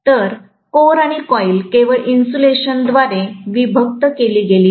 तर कोर आणि कॉईल केवळ इन्सुलेशन द्वारे विभक्त केली गेली आहे